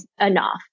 enough